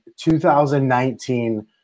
2019